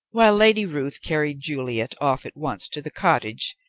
while lady ruth carried juliet off at once to the cottage,